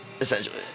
essentially